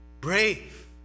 Brave